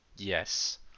Yes